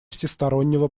всестороннего